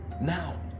Now